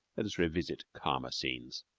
let us revisit calmer scenes.